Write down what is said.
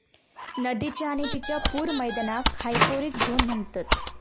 नदीच्य आणि तिच्या पूर मैदानाक हायपोरिक झोन म्हणतत